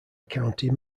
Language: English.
county